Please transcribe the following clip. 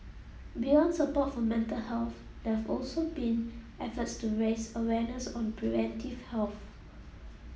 beyond support for mental health there've also been efforts to raise awareness on preventive health